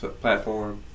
platform